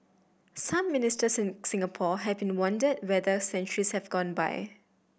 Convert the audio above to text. some Ministers in Singapore have been wondered whether centuries have gone by